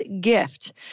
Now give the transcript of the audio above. gift